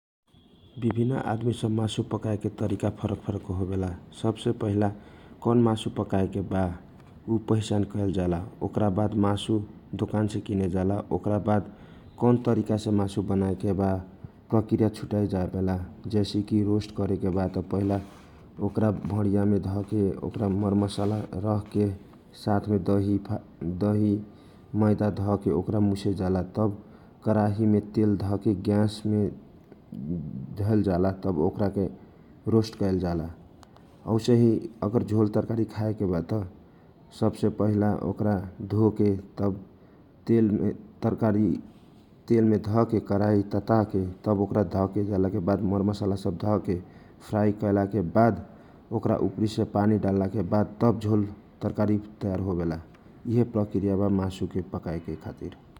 विभिनन आदमी के मासु पकाए के तरिका फरक फरक होवेला सबसे पहिला कौन मासु बनाएके बा उपहिचान कयल जाला ओकरा बाद मासु किनेजाला ओकरा बाद कौन तरिका छे मासु बनाय के वा प्रकृया छुट्याए जाला जैसेकी रोस्ट करेकेबा त पहिला भरिया में धके मर मसला सात मे दही मइदा धके ओकरा मुसेजाला तव कराही में तेल धके ग्यास में धके तब रोस्ट कयल जाला अगर औसही झोल तरकारी खाए केवा त ओकरा के तेल मे तारेके परी मरमसला धके तव ओकरा उपर पानी डालके झोल तरकारी बनी यि हे सब प्रकृया बा मासु पकाए के ।